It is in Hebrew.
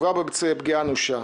לפגוע בה פגיעה אנושה.